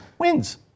wins